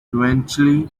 eventually